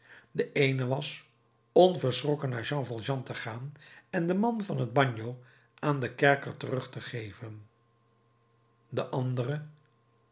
de eene was onverschrokken naar jean valjean te gaan en den man van het bagno aan den kerker terug te geven de andere